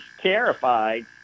terrified